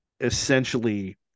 essentially